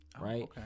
Right